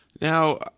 Now